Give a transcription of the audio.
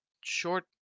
short